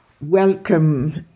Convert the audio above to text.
Welcome